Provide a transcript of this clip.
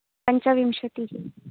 पञ्चविंशतिः